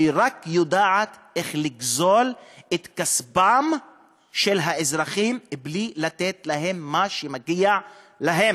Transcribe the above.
היא רק יודעת איך לגזול את כספם של האזרחים בלי לתת להם מה שמגיע להם.